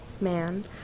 man